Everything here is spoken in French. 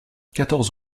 quatorze